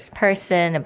person